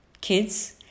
kids